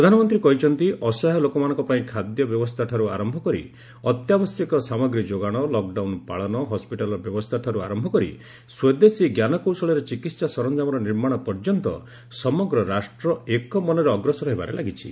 ପ୍ରଧାନମନ୍ତ୍ରୀ କହିଛନ୍ତି ଅସହାୟ ଲୋକମାନଙ୍କ ପାଇଁ ଖାଦ୍ୟ ବ୍ୟବସ୍ଥାଠାରୁ ଆରମ୍ଭ କରି ଅତ୍ୟାବଶ୍ୟକ ସାମଗ୍ରୀ ଯୋଗାଣ ଲକ୍ଡାଉନ୍ ପାଳନ ହସ୍କିଟାଲ୍ର ବ୍ୟବସ୍ଥାଠାରୁ ଆରମ୍ଭ କରି ସ୍ୱଦେଶୀ ଜ୍ଞାନକୌଶଳରେ ଚିକିତ୍ସା ସରଞ୍ଜାମର ନିର୍ମାଣ ପର୍ଯ୍ୟନ୍ତ ସମଗ୍ର ରାଷ୍ଟ୍ର ଏକ ମନରେ ଅଗ୍ରସର ହେବାରେ ଲାଗିଛି